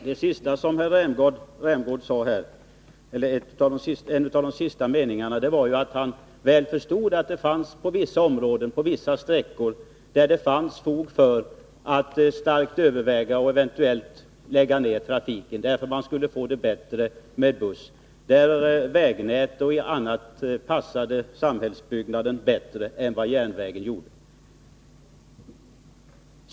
Herr talman! I en av de sista meningarna i det senaste anförandet sade Rolf Rämgård att han väl förstår att det finns fog för att starkt överväga att på vissa sträckor lägga ned järnvägstrafiken — därför att man skulle få det bättre med buss, nämligen på sådana platser där ett vägnät passar samhällsutbyggnaden bättre än järnvägen gör.